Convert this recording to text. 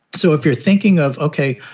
so if you're thinking of, ok,